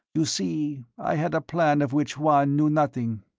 you see, i had a plan of which juan knew nothing.